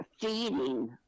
feeding